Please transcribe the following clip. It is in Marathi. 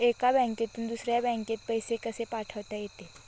एका बँकेतून दुसऱ्या बँकेत पैसे कसे पाठवता येतील?